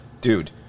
Dude